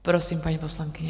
Prosím, paní poslankyně.